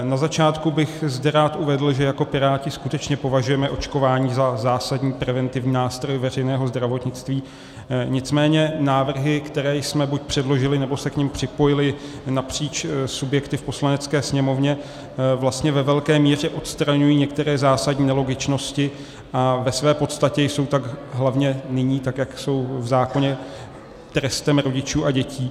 Na začátku bych zde rád uvedl, že jako Piráti skutečně považujeme očkování za zásadní preventivní nástroj veřejného zdravotnictví, nicméně návrhy, které jsme buď předložili, nebo se k nim připojili napříč subjekty v Poslanecké sněmovně, vlastně ve velké míře odstraňují některé zásadní nelogičnosti a ve své podstatě jsou tak hlavně nyní, tak jak jsou v zákoně, trestem rodičů a dětí.